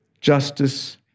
justice